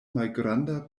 malgranda